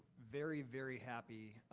very very happy